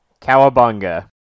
Cowabunga